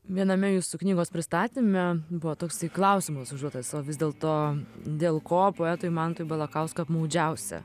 viename jūsų knygos pristatyme buvo toksai klausimas užduotas o vis dėlto dėl ko poetui mantui balakauskui apmaudžiausia